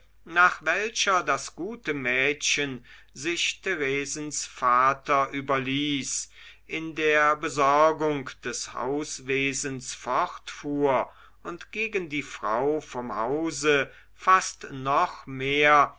nach welcher das gute mädchen sich theresens vater überließ in der besorgung des hauswesens fortfuhr und gegen die frau vom hause fast noch mehr